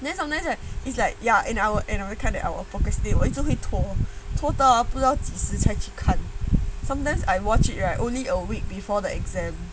then sometimes right it's like ya in our in our kind of our focus still 我一直会拖拖到不知道几时才去看 sometimes I watch it right only a week before the exam